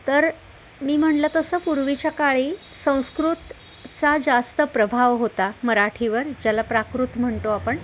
तर मी म्हणलं तसं पूर्वीच्या काळी संस्कृत चा जास्त प्रभाव होता मराठीवर ज्याला प्राकृत म्हणतो आपण